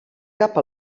cap